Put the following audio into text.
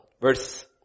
Verse